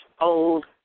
old